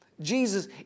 Jesus